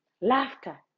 laughter